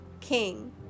King